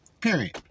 Period